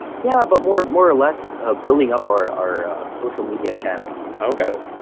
yeah. but more of more or less of building up our our social media channels, okay,